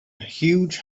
huge